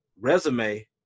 resume